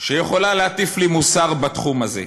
שיכולים להטיף לי מוסר בתחום הזה.